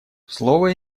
слово